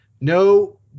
no